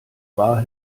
wahr